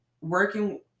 working